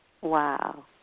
Wow